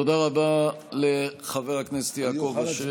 תודה רבה לחבר הכנסת יעקב אשר.